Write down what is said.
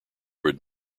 would